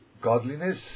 godliness